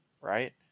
right